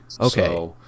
Okay